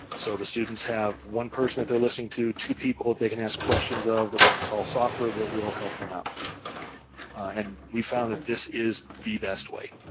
so the students have one person that they're listening to, two people they can ask questions of that will instal software, that will help them out and we found that this is the best way.